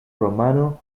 romano